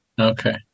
Okay